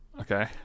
Okay